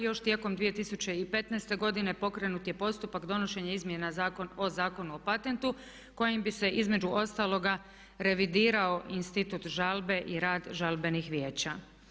Još tijekom 2015.godine pokrenut je postupak donošenja izmjena Zakona o patentu kojim bi se između ostaloga revidirao institut žalbe i rad žalbenih vijeća.